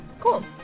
Cool